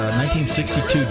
1962